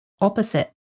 opposite